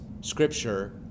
Scripture